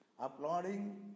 uploading